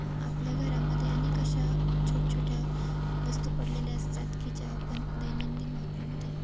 आपल्या घरामध्ये अनेक अशा छोटछोट्या वस्तू पडलेल्या असतात की ज्या आपण दैनंदिन वापरामध्ये